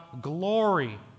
glory